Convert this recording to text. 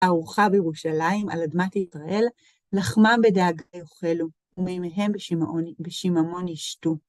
ארוחה ביְרוּשָׁלִַם אֶל־אַדְמַת יִשְׂרָאֵל לַחְמָם בִּדְאָגָה יֹאכֵלוּ וּמֵימֵיהֶם בְּשִׁמָּמוֹן יִשְׁתּוּ